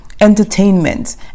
entertainment